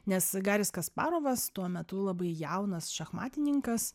nes garis kasparovas tuo metu labai jaunas šachmatininkas